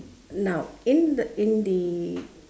now in the in the